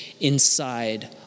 inside